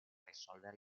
risolvere